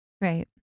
Right